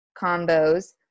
combos